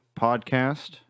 podcast